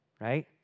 right